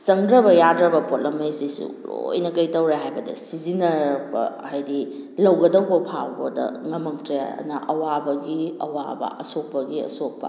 ꯆꯪꯗ꯭ꯔꯕ ꯌꯥꯗ꯭ꯔꯕ ꯄꯣꯠꯂꯝꯉꯩꯁꯤꯁꯨ ꯂꯣꯏꯅ ꯀꯩꯗꯧꯔꯦ ꯍꯥꯏꯕꯗ ꯁꯤꯖꯤꯟꯅꯔꯛꯄ ꯍꯥꯏꯗꯤ ꯂꯧꯒꯗꯕ ꯐꯥꯎꯕꯗ ꯉꯝꯃꯛꯇ꯭ꯔꯦ ꯑꯗꯨꯅ ꯑꯋꯥꯕꯒꯤ ꯑꯋꯥꯕ ꯑꯁꯣꯛꯄꯒꯤ ꯑꯁꯣꯛꯄ